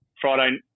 Friday